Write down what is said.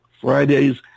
Fridays